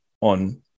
on